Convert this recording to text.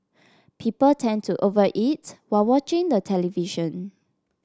people tend to over eat while watching the television